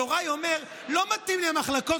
יוראי אומר: לא מתאים לי המחלקות,